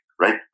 right